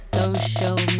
social